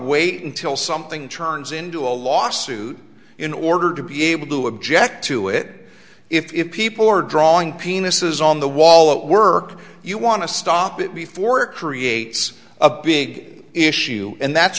wait until something turns into a lawsuit in order to be able to object to it if people are drawing penises on the wall at work you want to stop it before it creates a big issue and that's